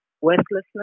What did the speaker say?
worthlessness